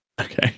Okay